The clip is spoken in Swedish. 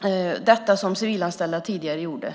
Det var sådant som civilanställda gjorde tidigare.